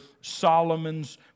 Solomon's